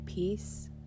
peace